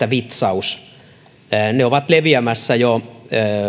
vitsaus ne ovat leviämässä jo